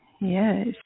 Yes